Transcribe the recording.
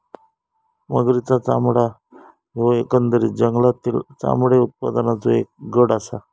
मगरींचा चामडा ह्यो एकंदरीत जगातील चामडे उत्पादनाचों एक गट आसा